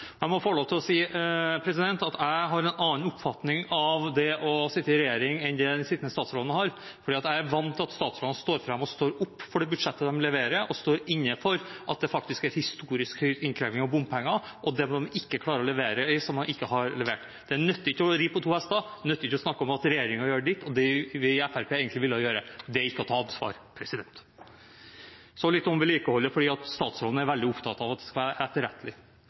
Jeg må få lov til å si at jeg har en annen oppfatning av det å sitte i regjering enn den sittende statsråden har, for jeg er vant til at statsrådene står fram og står opp for det budsjettet de leverer, og står inne for at det faktisk er historisk høy innkreving av bompenger, og at man ikke har levert. Det nytter ikke å ri to hester. Det nytter ikke å snakke om at regjeringen gjør ditt og datt, og at det er ikke det vi i Fremskrittspartiet egentlig vil gjøre. Det er ikke å ta ansvar. Så litt om vedlikeholdet, for statsråden er veldig opptatt av at det skal være etterrettelig.